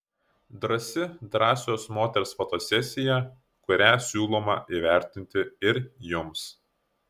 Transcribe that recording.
drąsi drąsios moters fotosesija kurią siūlome įvertinti ir jums